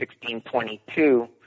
1622